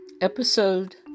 Episode